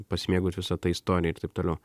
pasimėgaut visa ta istorija ir taip toliau